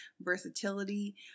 versatility